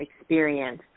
experience